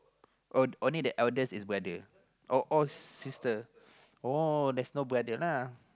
oh only the eldest is brother oh all sister oh there's no brother lah